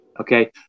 Okay